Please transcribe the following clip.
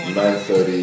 9.30